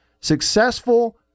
successful